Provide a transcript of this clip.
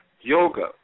Yoga